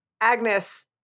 Agnes